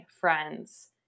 friends